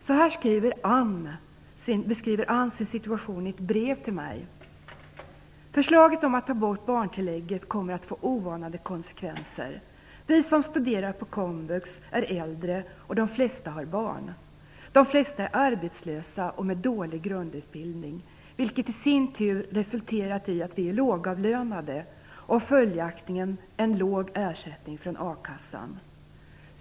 Så här beskriver Ann sin situation i ett brev till mig: Förslaget om att ta bort barntillägget kommer att få oanade konsekvenser. Vi som studerar på komvux är äldre, och de flesta har barn. De flesta är arbetslösa med en dålig grundutbildning, vilket i sin tur resulterar i att vi är lågavlönade och har en låg ersättning från a-kassan.